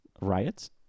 Riots